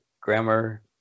grammar